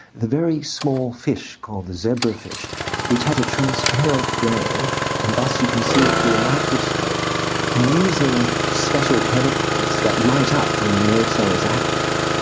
the very small fish called the zebra fish which has a transparent brain and thus you can see it through a microscope and using special chemicals that light up when the nerve cell is active,